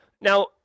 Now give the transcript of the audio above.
Now